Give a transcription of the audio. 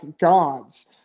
gods